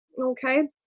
Okay